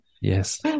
Yes